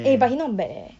eh but he not bad eh